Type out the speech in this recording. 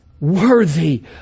worthy